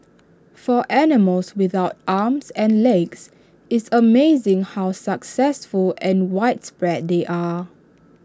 for animals without arms and legs it's amazing how successful and widespread they are